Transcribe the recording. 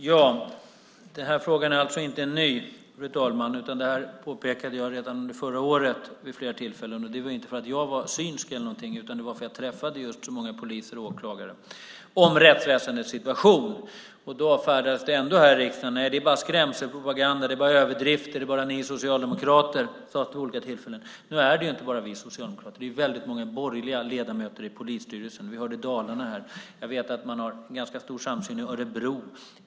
Fru talman! Frågan är alltså inte ny, utan det här påpekade jag redan förra året vid flera tillfällen men inte därför att jag var synsk eller så utan därför att jag träffade så många poliser och åklagare angående rättsväsendets situation. Ändå avfärdas det här i riksdagen: Nej, det är bara skrämselpropaganda. Det är bara överdrifter. Det är bara ni socialdemokrater . Så har det sagts vid olika tillfällen. Men det gäller inte bara oss socialdemokrater utan också väldigt många borgerliga ledamöter i polisstyrelsen. Vi hörde här om Dalarna, och jag vet att det finns en ganska stor samsyn i Örebro.